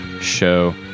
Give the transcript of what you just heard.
show